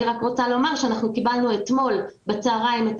אני רק רוצה לומר שקיבלנו אתמול בצוהריים את